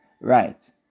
Right